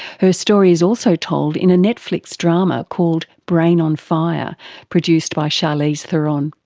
her story is also told in a netflix drama called brain on fire produced by charlize theron.